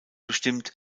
bestimmt